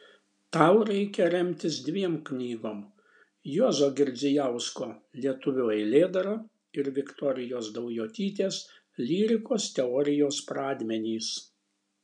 tau reikia remtis dviem knygom juozo girdzijausko lietuvių eilėdara ir viktorijos daujotytės lyrikos teorijos pradmenys